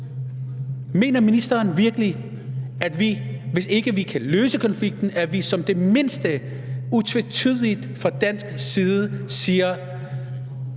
Mener ministeren virkelig ikke, at hvis ikke vi kan løse konflikten, kan vi i det mindste fra dansk side